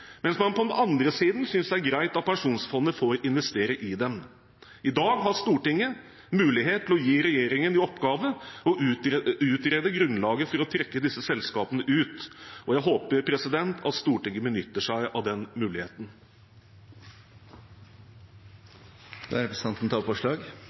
mens man på den andre siden synes det er greit at pensjonsfondet får investere i dem. I dag har Stortinget mulighet til å gi regjeringen i oppgave å utrede grunnlaget for å trekke disse selskapene ut, og jeg håper at Stortinget benytter seg av den